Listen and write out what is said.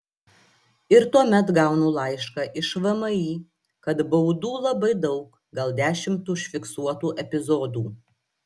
ir tuomet gaunu laišką iš vmi kad baudų labai daug gal dešimt užfiksuotų epizodų